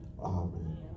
Amen